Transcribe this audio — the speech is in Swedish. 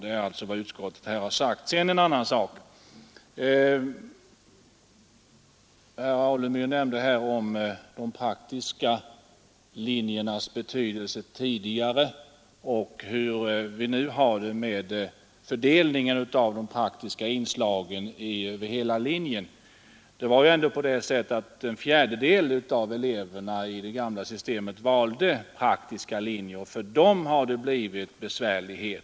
Det är alltså vad utskottet har sagt Så några ord om en annan sak. Herr Alemyr talade om de praktiska linjernas betydelse tidigare och nämnde hur vi nu har det med fördelningen av de praktiska inslagen över hela linjen. Men det var ju ändå så att en fjärdedel av eleverna i det gamla systemet valde praktiska linjer, och för dem har det blivit besvärligt.